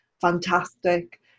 fantastic